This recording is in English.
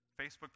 Facebook